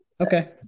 Okay